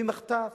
במחטף,